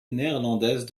néerlandaise